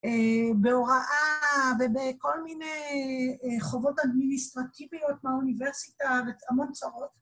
בהוראה ובכל מיני חובות אדמיניסטרטיביות מהאוניברסיטה והמון צרות.